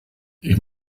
ich